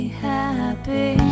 happy